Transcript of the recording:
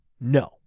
No